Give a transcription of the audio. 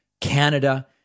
Canada